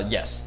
Yes